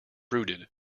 brooded